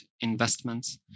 investments